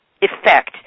effect